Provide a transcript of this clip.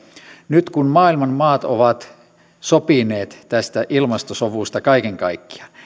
nyt kun maailman maat ovat sopineet tästä ilmastosovusta kaiken kaikkiaan